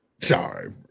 sorry